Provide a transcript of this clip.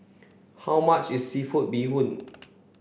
how much is seafood bee hoon